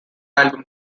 album